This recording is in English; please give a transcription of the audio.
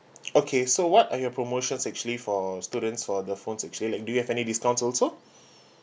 okay so what are your promotions actually for students for the phones actually like do you have any discounts also